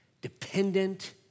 dependent